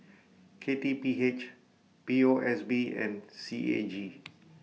K T P H P O S B and C A G